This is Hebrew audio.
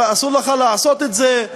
אסור לך לעשות את זה,